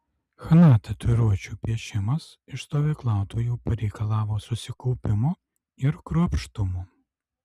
chna tatuiruočių piešimas iš stovyklautojų pareikalavo susikaupimo ir kruopštumo